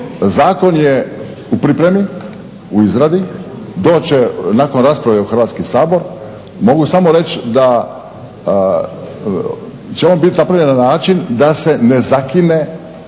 Zakon je u pripremi, u izradi. Doći će nakon rasprave u Hrvatski sabor. Mogu samo reći da će on biti napravljen na način da se ne zakinu